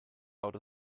out